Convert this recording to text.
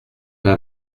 pas